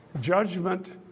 judgment